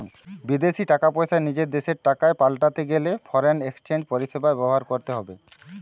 বিদেশী টাকা পয়সা নিজের দেশের টাকায় পাল্টাতে গেলে ফরেন এক্সচেঞ্জ পরিষেবা ব্যবহার করতে হবে